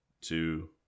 two